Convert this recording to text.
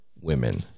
women